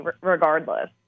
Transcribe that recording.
regardless